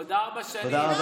עוד ארבע שנים.